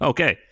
Okay